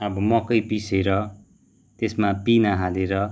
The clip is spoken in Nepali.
अब मकै पिसेर त्यसमा पिना हालेर